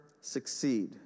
succeed